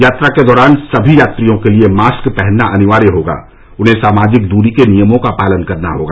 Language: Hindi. यात्रा के दौरान सभी यात्रियों के लिए मास्क पहनना अनिवार्य होगा और उन्हें सामाजिक दूरी के नियमों का पालन करना होगा